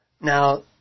Now